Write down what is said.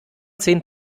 zehn